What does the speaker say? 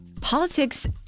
Politics